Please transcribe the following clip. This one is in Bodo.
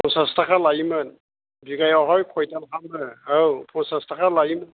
पन्सास थाखा लायोमोन बिगायाव हाय खयथा दाल खालामो औ पन्सास थाखा लायोमोन